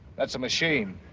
that's a machine.